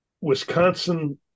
Wisconsin